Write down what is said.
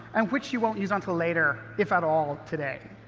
and which you won't use until later, if at all, today.